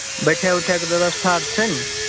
बैठै उठैके व्यवस्था आर छै ने